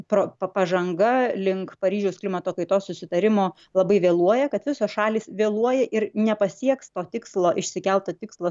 pro p pažanga link paryžiaus klimato kaitos susitarimo labai vėluoja kad visos šalys vėluoja ir nepasieks to tikslo išsikelto tikslo